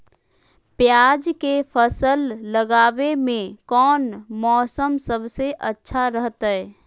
प्याज के फसल लगावे में कौन मौसम सबसे अच्छा रहतय?